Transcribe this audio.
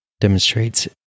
demonstrates